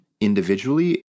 individually